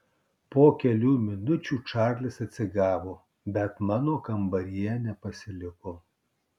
po kelių minučių čarlis atsigavo bet mano kambaryje nepasiliko